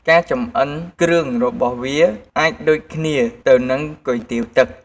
ការចម្អិនគ្រឿងរបស់វា អាចដូចគ្នាទៅនឹងគុយទាវទឹក។